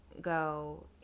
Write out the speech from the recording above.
go